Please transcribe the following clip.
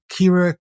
Kira